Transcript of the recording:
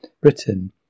Britain